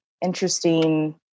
interesting